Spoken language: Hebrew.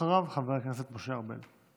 אחריו, חבר הכנסת משה ארבל.